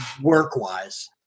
work-wise